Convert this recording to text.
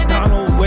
Donald